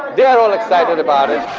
they're all excited about it.